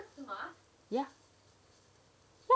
ya